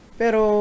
pero